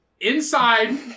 Inside